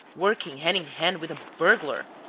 working hand in hand with a burglar!